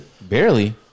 Barely